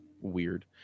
weird